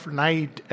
night